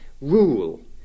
rule